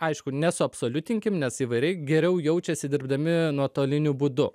aišku nesuabsoliutinkim nes įvairiai geriau jaučiasi dirbdami nuotoliniu būdu